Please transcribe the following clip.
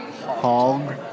Hog